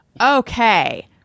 Okay